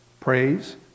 praise